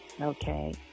Okay